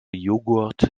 joghurt